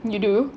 you do